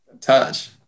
Touch